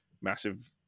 massive